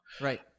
Right